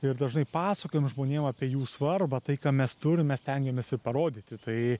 ir dažnai pasakojam žmonėm apie jų svarbą tai ką mes turim mes stengiamės ir parodyti tai